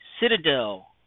Citadel